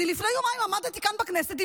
אני לפני יומיים עמדתי כאן בכנסת,